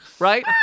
Right